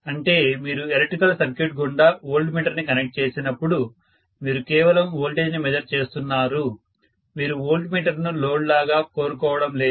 అంటేమీరు electrical circuit గుండా voltmeter ని connect చేసినప్పుడు మీరు కేవలం వోల్టేజ్ ని మెజర్ చేస్తున్నారు మీరు వోల్ట్ మీటర్ ను లోడ్ లాగా కోరుకోవడం లేదు